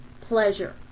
pleasure